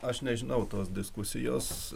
aš nežinau tos diskusijos